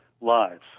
lives